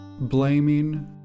blaming